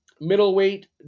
middleweight